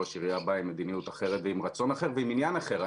ראש עירייה בא עם מדיניות אחרת ועם רצון אחר ועם עניין אחר.